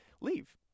Leave